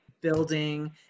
building